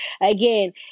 Again